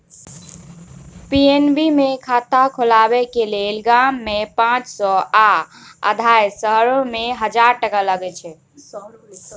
PNB मे खाता खोलबाक लेल गाममे पाँच सय आ अधहा शहरीमे हजार टका लगै छै